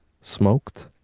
Smoked